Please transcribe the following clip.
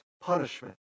punishment